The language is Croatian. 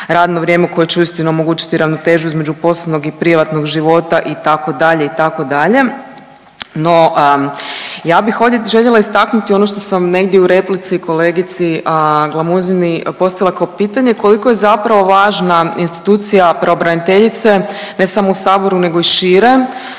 radno vrijeme koje će uistinu omogućiti ravnotežu između poslovnog i privatnog života, itd., itd.. No ja bih ovdje željela istaknuti ono što sam negdje u replici kolegici Glamuzini postavila kao pitanje, koliko je zapravo važna institucija pravobraniteljice ne samo u saboru nego i šire